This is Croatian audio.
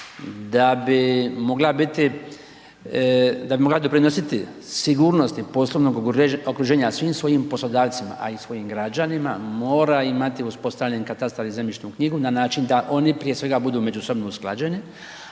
da bi mogla doprinositi sigurnosti poslovnog okruženja svim svojim poslodavcima, a i svojim građanima mora imati uspostavljen katastar i zemljišnu knjigu na način da oni prije svega budu međusobno usklađeni,